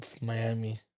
Miami